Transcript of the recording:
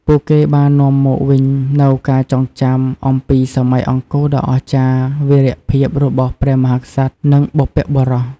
ពួកគេបាននាំមកវិញនូវការចងចាំអំពី សម័យអង្គរដ៏អស្ចារ្យ វីរភាពរបស់ព្រះមហាក្សត្រ និងបុព្វបុរស។